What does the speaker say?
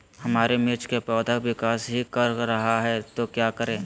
हमारे मिर्च कि पौधा विकास ही कर रहा है तो क्या करे?